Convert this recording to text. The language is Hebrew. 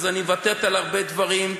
אז אני מוותרת על הרבה דברים,